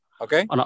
okay